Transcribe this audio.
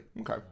okay